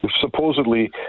supposedly